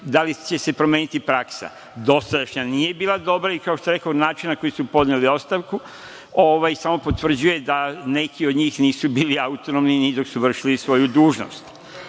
da li će se promeniti praksa. Dosadašnja nije bila dobra i kao što rekoh, na način na koji su podneli ostavku, samo potvrđuje da neki od njih nisu bili autonomni ni dok su vršili svoju dužnost. Kada